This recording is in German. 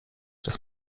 dass